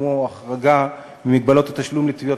כמו החרגה במגבלות התשלום לתביעות